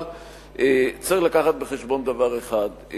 אבל צריך לקחת בחשבון דבר אחד: